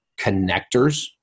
connectors